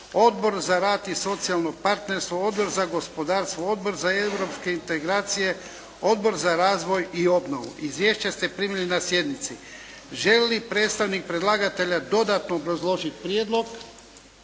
Odbor za rad i socijalno partnerstvo, Odbor za gospodarstvo, Odbor za europske integracije, Odbor za razvoj i obnovu. Izvješća ste primili na sjednici. Želi li predstavnik predlagatelja dodatno obrazložiti prijedlog?